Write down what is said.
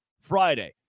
Friday